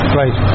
right